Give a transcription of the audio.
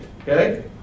Okay